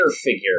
figure